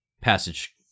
passage